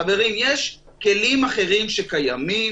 חברים, יש כלים אחרים שקיימים.